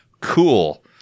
cool